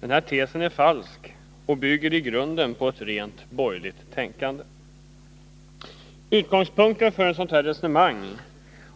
Denna tes är falsk och bygger i grunden på ett rent borgerligt tänkande. Utgångspunkten för ett resonemang